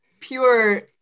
pure